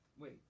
Wait